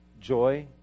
joy